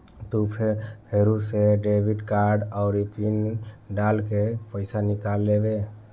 तू फेरू से डेबिट कार्ड आउरी पिन डाल के पइसा निकाल लेबे